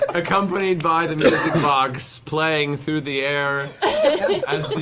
accompanied by the music box playing through the air as